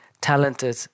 talented